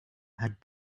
had